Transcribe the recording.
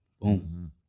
boom